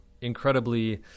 incredibly